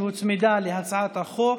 שהוצמדה להצעת החוק,